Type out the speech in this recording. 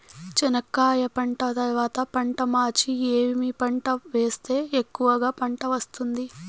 చెనక్కాయ పంట తర్వాత పంట మార్చి ఏమి పంట వేస్తే ఎక్కువగా పంట వస్తుంది?